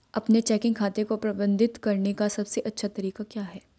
अपने चेकिंग खाते को प्रबंधित करने का सबसे अच्छा तरीका क्या है?